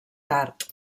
tard